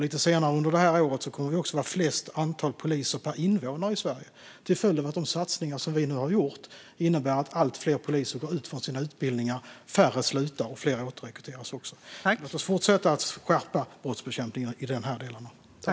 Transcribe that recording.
Lite senare under året kommer det också att vara störst antal poliser per invånare i Sverige till följd av att de satsningar vi har gjort innebär att allt fler poliser går ut från sina utbildningar, färre slutar och fler återrekryteras. Vi måste fortsätta att skärpa arbetet med brottsbekämpningen i de delarna.